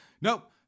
Nope